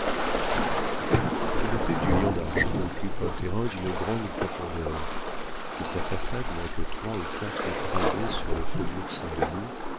l'hôtel du lion d'argent occupe un terrain d'une grande profondeur si sa façade n'a que trois ou quatre croisées sur le faubourg saint-denis